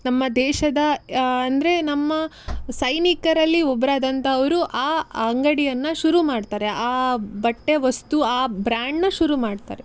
ನಮ್ಮ ದೇಶದ ಅಂದರೆ ನಮ್ಮ ಸೈನಿಕರಲ್ಲಿ ಒಬ್ರು ಆದಂತವರು ಆ ಅಂಗಡಿಯನ್ನು ಶುರು ಮಾಡ್ತಾರೆ ಆ ಬಟ್ಟೆ ವಸ್ತು ಆ ಬ್ರಾಂಡನ್ನ ಶುರು ಮಾಡ್ತಾರೆ